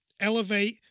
elevate